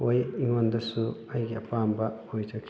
ꯑꯣꯏ ꯑꯩꯉꯣꯟꯗꯁꯨ ꯑꯩꯒꯤ ꯑꯄꯥꯝꯕ ꯑꯣꯏꯖꯈꯤ